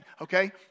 okay